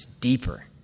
deeper